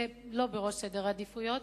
זה לא בראש סדר העדיפויות.